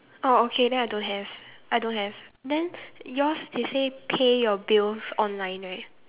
oh okay then I don't have I don't have then yours they say pay your bills online right